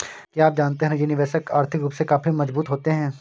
क्या आप जानते है निजी निवेशक आर्थिक रूप से काफी मजबूत होते है?